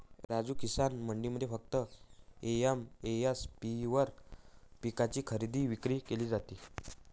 राजू, किसान मंडईमध्ये फक्त एम.एस.पी वर पिकांची खरेदी विक्री केली जाते